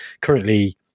currently